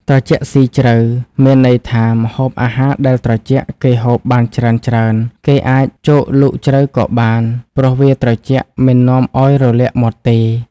ត្រជាក់ស៊ីជ្រៅ មានន័យថាម្ហូបអាហារដែលត្រជាក់ គេហូបបានច្រើនៗ គេអាចចូកលូកជ្រៅក៏បាន ព្រោះវាត្រជាក់មិននាំឲ្យរលាកមាត់ទេ ។